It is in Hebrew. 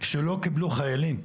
שלא קיבלו חיילים.